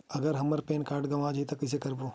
अगर हमर PAN card गवां जाही कइसे करबो?